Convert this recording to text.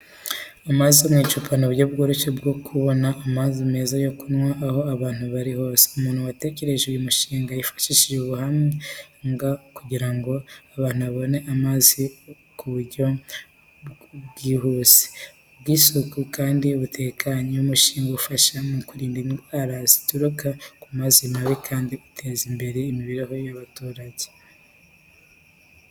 Amazi yo mu ducupa ni uburyo bworoshye bwo kubona amazi meza yo kunywa aho abantu bari hose. Umuntu watekereje uyu mushinga yifashishije ubuhanga kugira ngo abantu babone amazi mu buryo bwihuse, bw’isuku kandi butekanye. Uyu mushinga ufasha mu kurinda indwara zituruka ku mazi mabi kandi utezimbere imibereho y’abaturage.